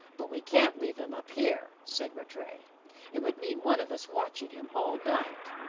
but we can't leave him up here, said rattray it would mean one of us watching him all night.